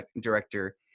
director